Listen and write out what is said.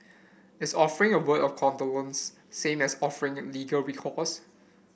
is offering a word of condolence same as offering at legal recourse